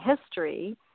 history